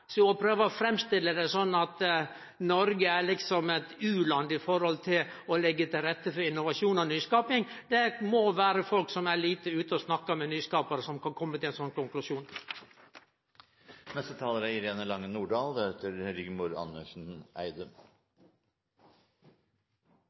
og som prøver å framstille det som at Noreg er eit u-land når det gjeld å leggje til rette for innovasjon og nyskaping, må vere folk som er lite ute og snakkar med nyskaparar. Jeg vil starte med å si at Senterpartiet er